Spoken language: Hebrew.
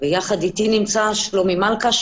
ויחד איתי נמצא שלומי מלכה,